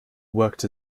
worked